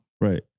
Right